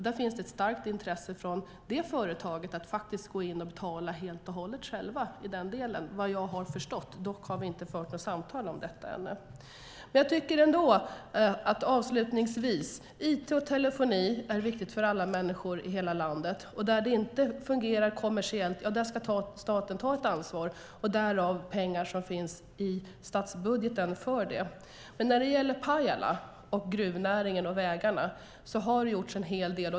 Där finns ett starkt intresse från det företaget att gå in och betala helt och hållet själv i den delen vad jag har förstått. Dock har vi inte fört något samtal om detta ännu. Avslutningsvis är it och telefoni viktigt för alla människor i hela landet. Där det inte fungerar kommersiellt ska staten ta ett ansvar, därav pengar som finns i statsbudgeten för det. När det gäller Pajala, gruvnäringen och vägarna har det gjorts en hel del.